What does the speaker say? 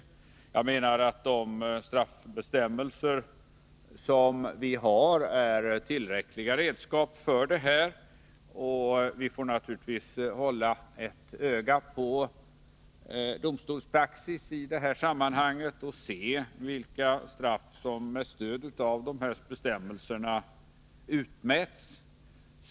Enligt min mening är våra straffbestämmelser tillräckliga redskap, men vi får naturligtvis hålla ett öga på domstolspraxis i det här sammanhanget och se vilka straff som med stöd av bestämmelserna utmäts.